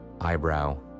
Eyebrow